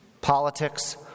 Politics